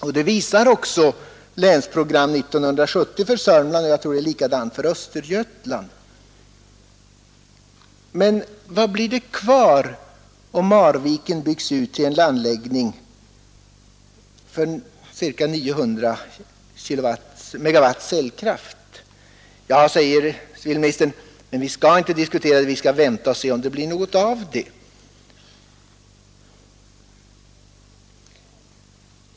Detta visar också Länsprogram 70 för Södermanland, och jag tror att det är likadant för Östergötland. Men vad blir det kvar om Marviken byggs ut till en anläggning för ca 900 MW elkraft? Nu säger civilministern att vi inte skall diskutera det, utan vi skall vänta och se om det blir något av det.